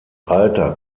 alter